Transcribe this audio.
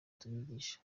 tubigisha